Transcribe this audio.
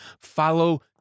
follow